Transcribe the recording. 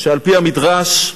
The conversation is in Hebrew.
על-פי המדרש,